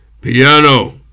Piano